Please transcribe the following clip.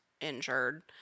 injured